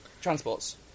transports